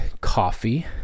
coffee